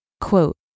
Quote